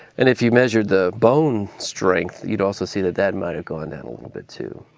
and if you measured the bone strength, you'd also see that that might have gone down a little bit, too.